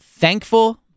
thankful